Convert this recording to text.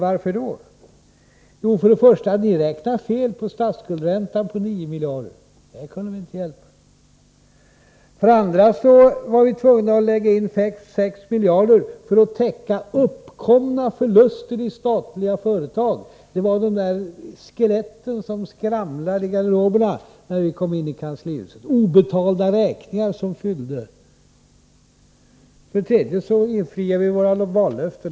Jo, för det första hade ni med 9 miljarder kronor räknat fel beträffande statsskuldsräntan. Det kunde inte vi hjälpa. För det andra var vi tvungna att anslå 5-6 miljarder kronor för att täcka uppkomna förluster i statliga företag. Det var de där skeletten som skramlade i garderoberna, när vi kom in i kanslihuset — obetalda räkningar. För det tredje infriade vi våra vallöften.